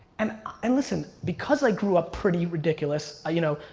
and and listen, because i grew up pretty ridiculous, you know,